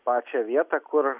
pačią vietą kur